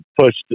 pushed